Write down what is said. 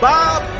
Bob